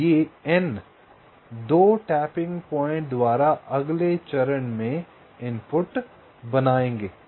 तो ये N 2 tapping point द्वारा अगले चरण में इनपुट बनाएंगे